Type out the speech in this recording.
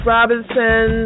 Robinson